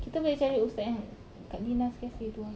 kita boleh cari ustaz yang kat lina's cafe tu ah